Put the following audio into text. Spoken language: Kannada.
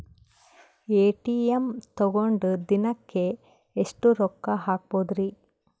ಎ.ಟಿ.ಎಂ ತಗೊಂಡ್ ದಿನಕ್ಕೆ ಎಷ್ಟ್ ರೊಕ್ಕ ಹಾಕ್ಬೊದ್ರಿ?